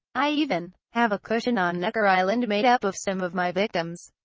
i even have a cushion on necker island made up of some of my victims!